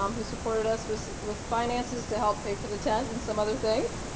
um who supported us with with finances to help pay for the tent and some other things.